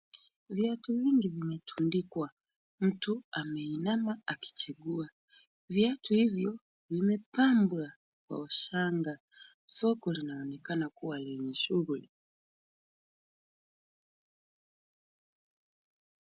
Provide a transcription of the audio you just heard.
Viatu vingi vimetundikwa, mtu ameinama akichagua. Viatu hivyo vimepambwa kwa ushanga. Soko linaonekana kuwa lenye shughuli.